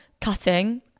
cutting